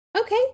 Okay